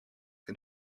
can